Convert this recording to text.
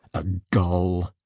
a gull!